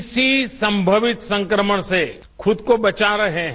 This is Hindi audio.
किसी संभावित संक्रमण से खुद को बचा रहे हैं